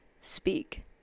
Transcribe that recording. speak